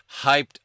hyped